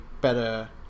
better